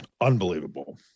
Unbelievable